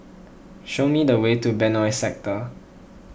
show me the way to Benoi Sector